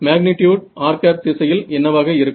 magnitude r திசையில் என்னவாக இருக்கும்